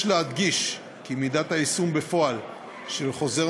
יש להדגיש כי מידת היישום בפועל של חוזר